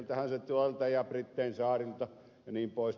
sieltähän se ja brittein saarilta jnp